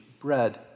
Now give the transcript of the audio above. bread